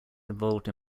involved